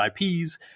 IPs